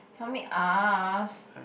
help me ask